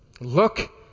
Look